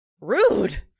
Rude